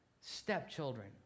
stepchildren